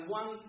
one